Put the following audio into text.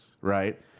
right